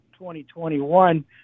2021